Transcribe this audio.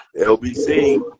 LBC